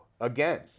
Again